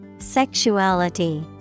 Sexuality